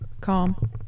calm